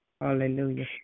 Hallelujah